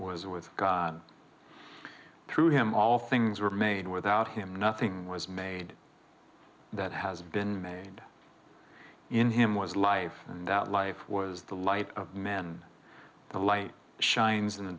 was with god through him all things were made without him nothing was made that has been made in him was life and that life was the light of men the light shines in the